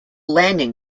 landing